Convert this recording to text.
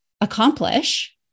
accomplish